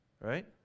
right